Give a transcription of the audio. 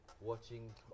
watching